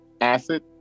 acid